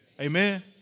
Amen